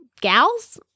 gals